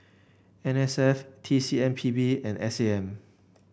N S F T C M P B and S A M